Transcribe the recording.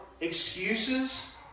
excuses